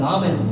Amen